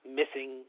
missing